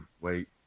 wait